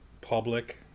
public